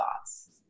thoughts